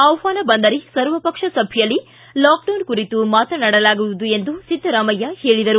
ಆಹ್ವಾನ ಬಂದರೆ ಸರ್ವಪಕ್ಷ ಸಭೆಯಲ್ಲಿ ಲಾಕ್ಡೌನ್ ಕುರಿತು ಮಾತನಾಡಲಾಗುವುದು ಎಂದು ಸಿದ್ದರಾಮಯ್ಯ ಹೇಳಿದರು